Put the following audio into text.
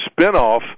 spinoff